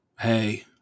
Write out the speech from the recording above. Hey